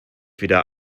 wieder